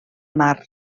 mar